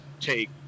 take